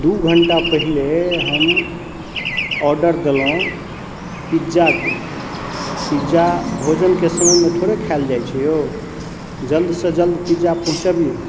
दू घण्टा पहिले हम ऑर्डर देलहुँ पिज्जाके पिज्जा भोजनके समयमे थोड़े खाइल जाइ छै यौ जल्दसँ जल्द पिज्जा पहुँचबियौ